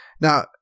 Now